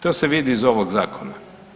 To se vidi iz ovog zakona.